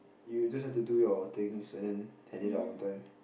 you just have to do your things and then hand it up on time